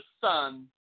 son